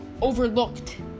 overlooked